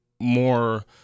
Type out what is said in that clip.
more